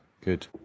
Good